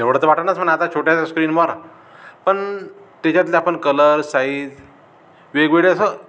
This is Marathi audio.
एवढं तरं वाटणंच म्हणा आता छोट्याच स्क्रीनवर पण त्याच्यातले आपण कलर साईज वेगवेगळे असं